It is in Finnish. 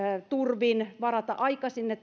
turvin varata ajan sinne